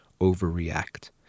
overreact